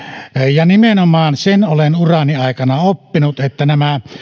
ja nimenomaan sen olen urani aikana oppinut että nämä